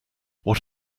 what